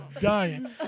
dying